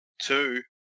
two